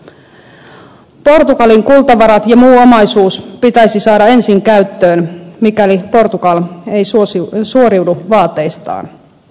portugalin kultavarat ja muu omaisuus pitäisi saada ensin käyttöön mikäli portugali ei suoriudu vaateistaan